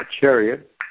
chariot